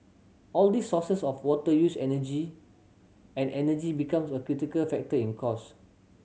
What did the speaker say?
all these sources of water use energy and energy becomes a critical factor in cost